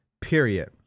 period